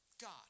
God